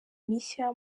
mishya